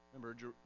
remember